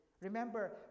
remember